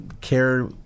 care